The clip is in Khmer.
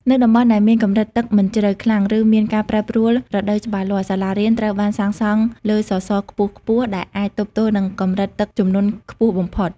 នៅតំបន់ដែលមានកម្រិតទឹកមិនជ្រៅខ្លាំង ឬមានការប្រែប្រួលរដូវច្បាស់លាស់ សាលារៀនត្រូវបានសាងសង់លើសសរខ្ពស់ៗដែលអាចទប់ទល់នឹងកម្រិតទឹកជំនន់ខ្ពស់បំផុត។